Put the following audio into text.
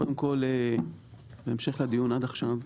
קודם כל, בהמשך לדיון עד עכשיו,